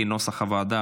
כנוסח הוועדה.